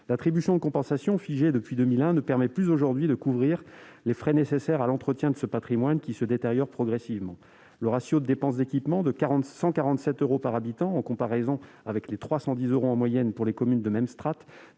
L'attribution de compensation, figée depuis 2001, ne permet plus aujourd'hui de couvrir les frais nécessaires à l'entretien de ce patrimoine, qui se détériore progressivement. Le ratio de dépenses d'équipement de 147 euros par habitant, contre 310 euros en moyenne pour les communes de même strate,